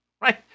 right